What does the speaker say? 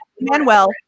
Manuel